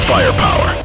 Firepower